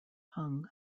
hung